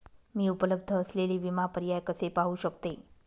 मी उपलब्ध असलेले विमा पर्याय कसे पाहू शकते?